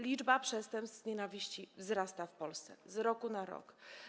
Liczba przestępstw z nienawiści wzrasta w Polsce z roku na rok.